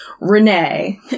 Renee